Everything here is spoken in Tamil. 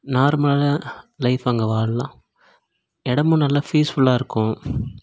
நார்மலாக லைஃப் அங்கே வாழலாம் இடமும் நல்லா பீஸ்ஃபுல்லாக இருக்கும்